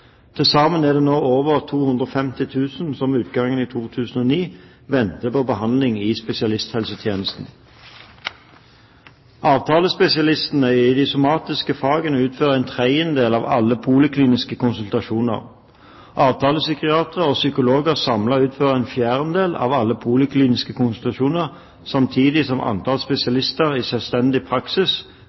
Til sammen er det nå over 250 000 som ved utgangen av 2009 venter på behandling i spesialisthelsetjenesten. Avtalespesialistene i somatiske fag utfører en tredjedel av alle polikliniske konsultasjoner. Avtalepsykiatere og psykologer samlet utfører en fjerdedel av alle polikliniske konsultasjoner, samtidig som antall spesialister i selvstendig praksis